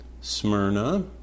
Smyrna